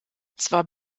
zwar